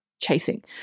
chasing